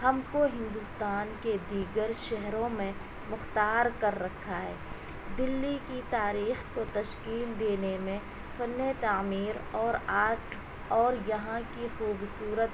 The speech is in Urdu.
ہم کو ہندوستان کے دیگر شہروں میں مختار کر رکھا ہے دلی کی تاریخ کو تشکیل دینے میں فن تعمیر اور آرٹ اور یہاں کی خوبصورت